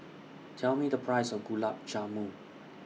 Tell Me The Price of Gulab Jamun